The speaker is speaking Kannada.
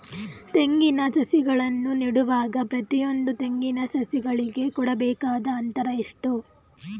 ತೆಂಗಿನ ಸಸಿಗಳನ್ನು ನೆಡುವಾಗ ಪ್ರತಿಯೊಂದು ತೆಂಗಿನ ಸಸಿಗಳಿಗೆ ಕೊಡಬೇಕಾದ ಅಂತರ ಎಷ್ಟು?